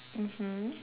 mmhmm